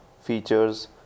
features